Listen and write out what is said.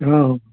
ہاں